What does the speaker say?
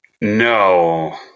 No